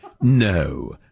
no